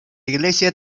iglesia